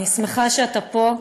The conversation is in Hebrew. אני שמחה שאתה פה,